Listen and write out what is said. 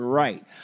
right